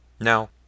Now